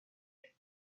road